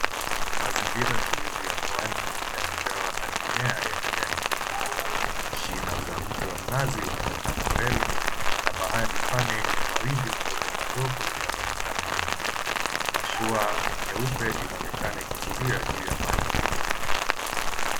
Mazingira tulivu ya pwani yamejawa na mimea ya kijani kibichi. Shina za mti wa mnazi unaonekana mbele na bahari pana yenye mawimbi madogo madogo yanaonekana nyuma. Mashua nyeupe inaonekana ikitulia juu ya maji yale.